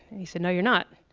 he said no you're not.